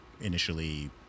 initially